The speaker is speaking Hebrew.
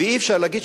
ואי-אפשר להגיד,